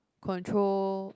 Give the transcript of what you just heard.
control